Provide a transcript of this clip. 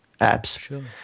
apps